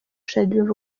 shaddyboo